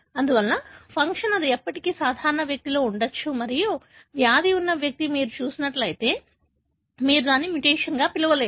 అందువల్ల ఫంక్షన్ ఇది ఇప్పటికీ సాధారణ వ్యక్తిలో ఉండవచ్చు మరియు వ్యాధి ఉన్న వ్యక్తిని మీరు చూసినట్లయితే మీరు దానిని మ్యుటేషన్గా పిలవలేరు